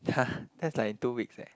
[huh] that's like in two weeks eh